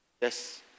Yes